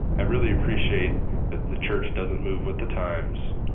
i really appreciate that the church doesn't move with the times.